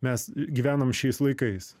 mes gyvenam šiais laikais